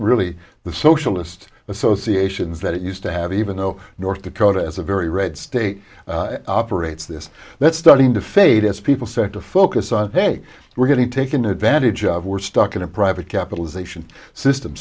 really the socialist associations that it used to have even though north dakota is a very red state operates this that's starting to fade as people start to focus on hey we're getting taken advantage of we're stuck in a private capitalization system